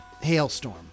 Hailstorm